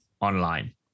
Online